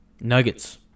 Nuggets